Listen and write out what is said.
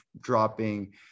dropping